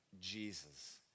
Jesus